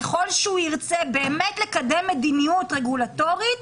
ככל שהוא ירצה באמת לקדם מדיניות רגולטורית,